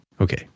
Okay